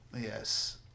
yes